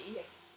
Yes